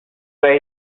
where